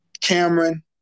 Cameron